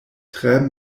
tre